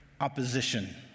opposition